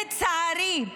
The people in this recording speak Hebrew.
לצערי,